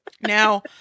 now